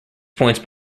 points